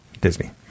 Disney